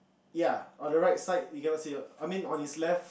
ya on the right side you cannot see her I mean on his left